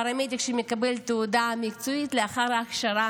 פרמדיק שמקבל תעודה מקצועית לאחר ההכשרה